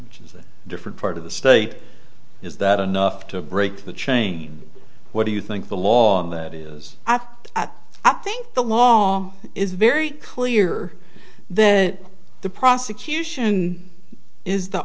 it's a different part of the state is that enough to break the chain what do you think the law on that is at i think the law is very clear that the prosecution is the